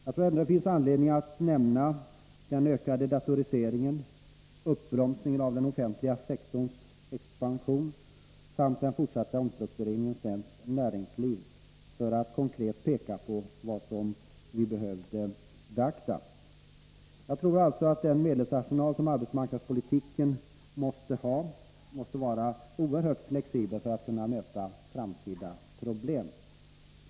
Jag tror att det finns anledning att nämna den ökade datoriseringen, uppbromsningen av den offentliga sektorns expansion samt den fortsatta omstruktureringen av svenskt näringsliv, för att konkret peka på vad vi behöver beakta. Den arbetsmarknadspolitiska medelsarsenalen måste vara oerhört flexibel för att kunna möta framtidens problem.